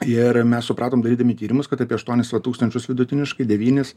ir mes supratom darydami tyrimus kad apie aštuonis va tūkstančius vidutiniškai devynis